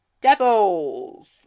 Devils